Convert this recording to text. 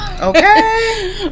Okay